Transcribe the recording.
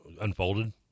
unfolded